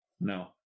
No